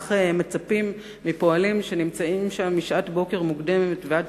וכך מצפים מפועלים שנמצאים שם משעת בוקר מוקדמת ועד